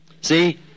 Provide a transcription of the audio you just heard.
See